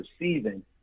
receiving